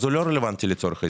אז הוא לא רלוונטי לצורך ההזדהות.